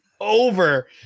over